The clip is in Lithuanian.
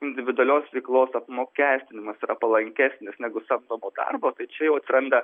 individualios veiklos apmokestinimas yra palankesnis negu samdomo darbo bet čia jau atsiranda